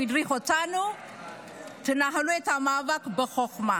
הוא הדריך אותנו שננהל את המאבק בחוכמה.